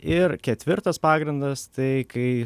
ir ketvirtas pagrindas tai kai